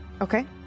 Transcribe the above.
okay